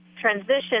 transition